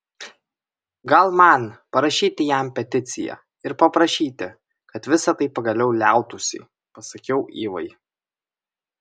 gal man parašyti jam peticiją ir paprašyti kad visa tai pagaliau liautųsi pasakiau ivai